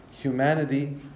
humanity